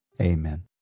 Amen